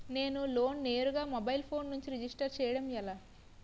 నేను లోన్ నేరుగా mobile phone నుంచి రిజిస్టర్ చేయండి ఎలా?